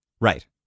Right